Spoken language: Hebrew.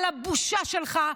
על הבושה שלך,